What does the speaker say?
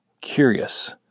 curious